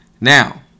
Now